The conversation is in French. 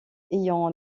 ayant